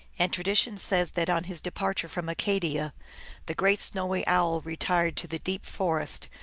and tradition says that on his departure from acadia the great snowy owl retired to the deep forests,